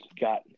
got